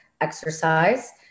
exercise